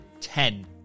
ten